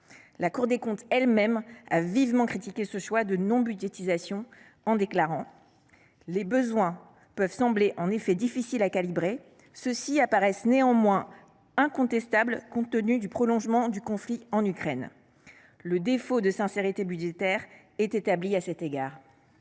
La Cour des comptes elle même a vivement critiqué ce choix de non budgétisation :« Si les besoins peuvent sembler en effet difficiles à calibrer, ils apparaissent néanmoins incontestables compte tenu du prolongement du conflit en Ukraine […]. Le défaut de sincérité budgétaire est établi à cet égard. »